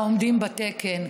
העומדים בתקן.